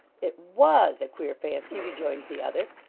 it was a queer fancy rejoined the other,